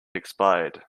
expired